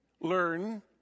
learn